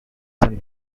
seem